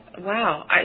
Wow